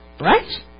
Right